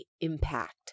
impact